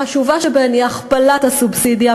החשובה שבהן היא הכפלת הסובסידיה.